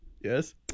Yes